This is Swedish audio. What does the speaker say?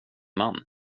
man